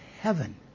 heaven